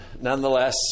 nonetheless